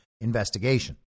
investigation